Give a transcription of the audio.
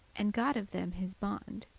and got of them his bond,